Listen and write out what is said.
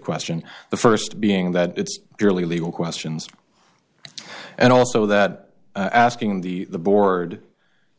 question the first being that it's barely legal questions and also that asking the board